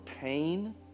pain